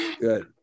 Good